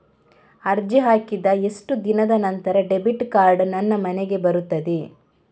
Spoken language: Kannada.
ಅರ್ಜಿ ಹಾಕಿದ ಎಷ್ಟು ದಿನದ ನಂತರ ಡೆಬಿಟ್ ಕಾರ್ಡ್ ನನ್ನ ಮನೆಗೆ ಬರುತ್ತದೆ?